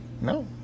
No